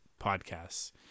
podcasts